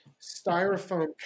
styrofoam